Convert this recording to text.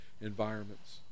environments